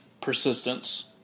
persistence